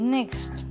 Next